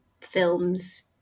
films